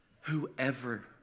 Whoever